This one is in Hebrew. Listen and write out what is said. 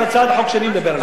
על הצעת החוק שאני מדבר עליה.